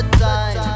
time